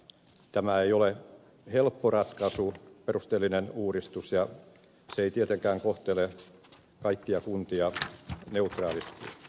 tämä ei ole helppo ratkaisu perusteellinen uudistus ja se ei tietenkään kohtele kaikkia kuntia neutraalisti